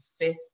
fifth